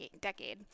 decade